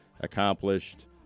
accomplished